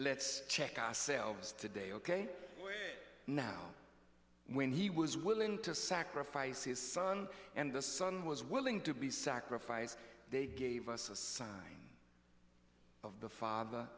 let's check ourselves today ok now when he was willing to sacrifice his son and the son was willing to be sacrificed they gave us a sign of the father